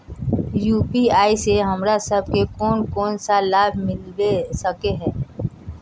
UPI से हमरा सब के कोन कोन सा लाभ मिलबे सके है?